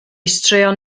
straeon